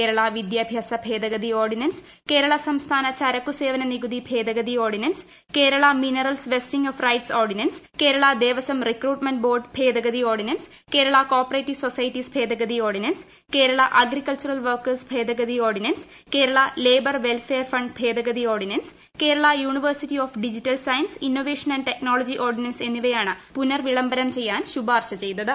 കേരളവിദ്യാഭ്യാസ ഭേദഗതി ഓർഡിനൻസ് കേരളസംസ്ഥാന ചരക്കുസേവന നികുതി ഭേദഗതി ഓർഡിനൻസ്കേരള minerals vesting of rights ordinance കേരളദേവസ്വം recruitment board ഭേദഗതി ഓർഡിനൻസ്കേരള കോ ഓപ്പറേറ്റീവ്സൊസൈറ്റീസ് ഭേദഗതി ഓർഡിനൻസ് കേരള അഗ്രികൾച്ചറൽവർക്കേഴ്സ് ഭേദഗതി ഓർഡിനൻസ് കേരള ലേബർ വെൽഫയർഫ് ഭേദഗതി ഓർഡ്മീയൻസ് കേരളയൂണിവേഴ്സിറ്റി ഓഫ് ഡിജിറ്റിൽ സ്യൻസസ് ഇന്നൊവേഷൻ ആന്റ് ടെക്ന്യേളജീ ഓർഡിനൻസ് എന്നിവൃഷ്ടാണ്പുനഃവിളംബരം ചെയ്യാൻ ശുപാർശ ചെയ്തത്